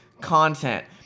content